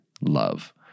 love